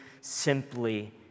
simply